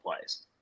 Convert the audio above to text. plays